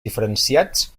diferenciats